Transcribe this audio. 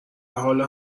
حالا